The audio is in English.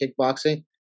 kickboxing